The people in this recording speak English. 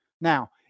Now